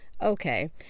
Okay